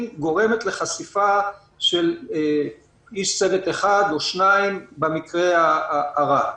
גורמת לחשיפה של איש צוות אחד או שניים במקרה הרע.